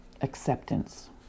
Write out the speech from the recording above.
acceptance